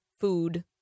food